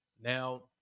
now